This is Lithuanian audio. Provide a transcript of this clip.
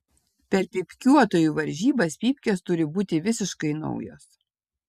per pypkiuotojų varžybas pypkės turi būti visiškai naujos